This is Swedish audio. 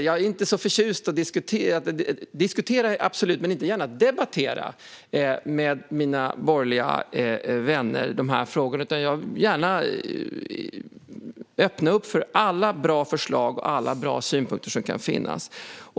Jag är inte särskilt förtjust i att debattera de här frågorna med mina borgerliga vänner. Men jag vill gärna öppna upp för alla bra förslag och synpunkter som kan finnas.